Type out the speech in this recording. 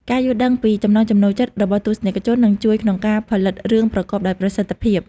ការយល់ដឹងពីចំណង់ចំណូលចិត្តរបស់ទស្សនិកជននឹងជួយក្នុងការផលិតរឿងប្រកបដោយប្រសិទ្ធភាព។